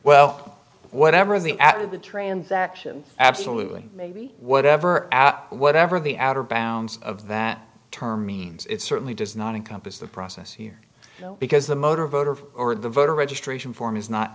well whatever the act of the transaction absolutely maybe whatever whatever the outer bounds of that term means it certainly does not encompass the process here because the motor voter or the voter registration form is not